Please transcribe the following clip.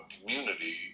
community